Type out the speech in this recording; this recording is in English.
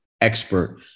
expert